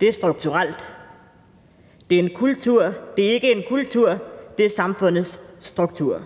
Det er strukturelt. Det er ikke på grund af kultur, men samfundets strukturer